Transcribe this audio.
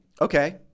Okay